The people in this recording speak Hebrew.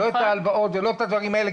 לא את ההלוואות ולא את הדברים האלה,